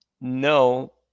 No